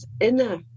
inner